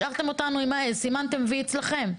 השארתם אותנו, סימנתם "וי" אצלכם.